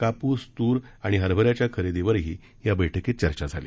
काप्स तूर आणि हरभऱ्याच्या खरेदीवरही या बठकीत चर्चा झाली